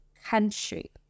country